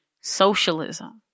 socialism